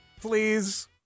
Please